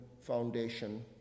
foundation